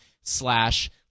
slash